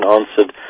answered